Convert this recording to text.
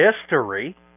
history